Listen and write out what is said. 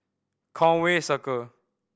Conway Circle